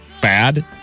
bad